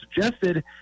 suggested